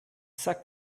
sagt